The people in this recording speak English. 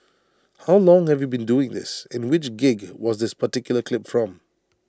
how long have you been doing this and which gig was this particular clip from